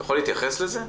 אתה יכול להתייחס לזה?